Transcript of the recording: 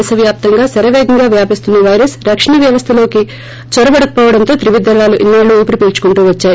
దేశ వ్యాప్తంగా శరపేగంగా వ్యాపిస్తున్న వైరస్ రక్షణ వ్యవస్థలోకి చొరబడకపోవడంతో త్రివిధ దళాలు ఇన్నాళ్లూ ఉపిరి పీల్చుకుంటూ వద్చాయి